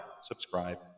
subscribe